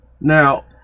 Now